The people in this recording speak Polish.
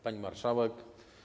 Pani Marszałek!